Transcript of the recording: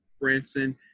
Branson